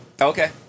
Okay